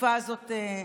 בתקופה הזאת.